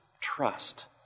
trust